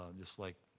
um just like